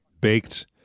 baked